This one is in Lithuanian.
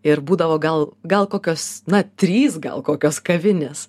ir būdavo gal gal kokios na trys gal kokios kavinės